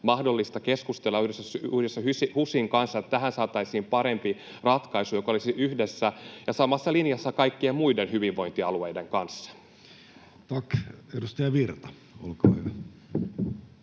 mahdollista keskustella yhdessä HUSin kanssa, jotta tähän saataisiin parempi ratkaisu, joka olisi yhdessä ja samassa linjassa kaikkien muiden hyvinvointialueiden kanssa. Tack. — Edustaja Virta, olkaa hyvä.